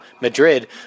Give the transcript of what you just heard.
Madrid